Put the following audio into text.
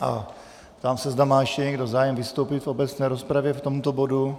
Ptám se, zda má ještě někdo zájem vystoupit v obecné rozpravě k tomuto bodu.